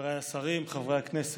חבריי השרים, חברי הכנסת,